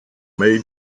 may